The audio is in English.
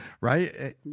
right